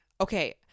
okay